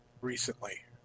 recently